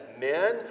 men